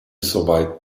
soweit